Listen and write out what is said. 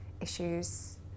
issues